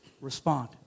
Respond